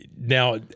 Now